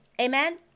Amen